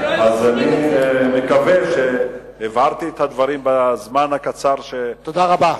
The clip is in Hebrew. אני מקווה שהבהרתי את הדברים בזמן הקצר, תודה רבה.